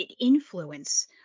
Influence